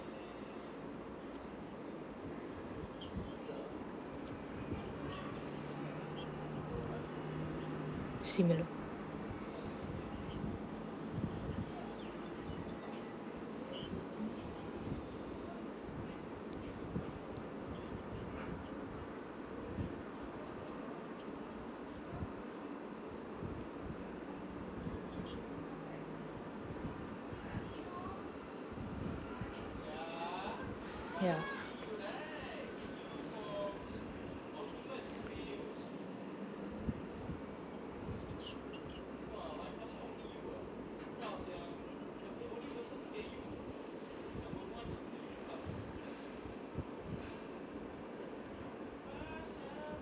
similar ya